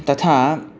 तथा